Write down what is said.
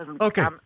Okay